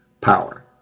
power